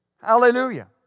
Hallelujah